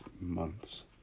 months